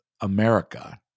America